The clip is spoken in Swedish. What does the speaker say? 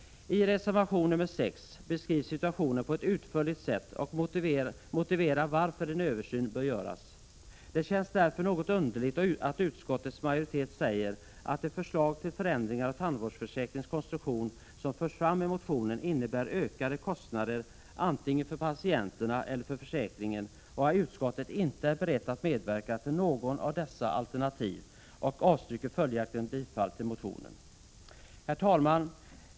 I reservation 6 beskrivs situationen på ett utförligt sätt och motiveras varför en översyn bör göras. Det känns därför något underligt att utskottets majoritet säger att de förslag till förändringar av tandvårdsförsäkringens konstruktion som förs fram i motionen innebär ökade kostnader antingen för patienterna eller för försäkringen, och att utskottet inte är berett att medverka till något av dessa alternativ och följaktligen avstyrker bifall till motion Sf318. Herr talman!